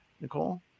nicole